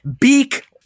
Beak